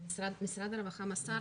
משרד הרווחה מסר